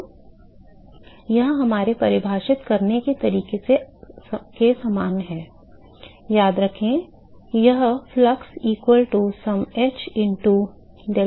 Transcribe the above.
तो यह हमारे परिभाषित करने के तरीके के समान है याद रखें यह flux equal to some h into deltaT से आता है